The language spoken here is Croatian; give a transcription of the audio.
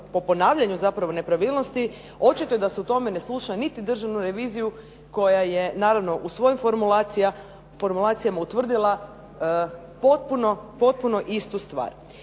po ponavljanju zapravo nepravilnosti, očito je da se u tome ne sluša niti Državnu reviziju koja je, naravno u svojim formulacijama utvrdila potpuno istu stvar.